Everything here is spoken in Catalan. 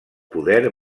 poder